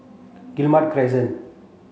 Guillemard Crescent